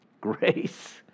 Grace